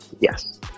yes